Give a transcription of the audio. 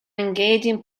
engaging